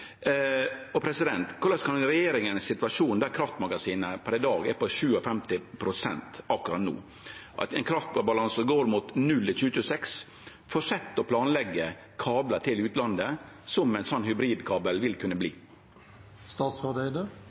Korleis kan regjeringa, i ein situasjon der kraftmagasina akkurat no er på 57 pst. og med ein kraftbalanse som går mot null i 2026, fortsetje med å planleggje kablar til utlandet, som ein slik hybridkabel vil kunne